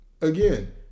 again